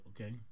okay